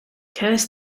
curse